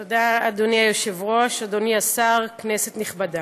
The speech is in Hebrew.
תודה, אדוני היושב-ראש, אדוני השר, כנסת נכבדה,